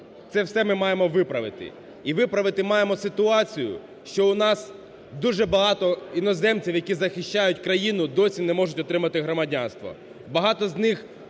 це все ми маємо виправити. І виправити маємо ситуацію, що у нас дуже багато іноземців, які захищають країну і досі не можуть отримати громадянство.